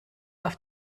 auf